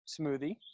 smoothie